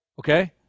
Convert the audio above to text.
Okay